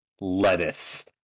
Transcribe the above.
lettuce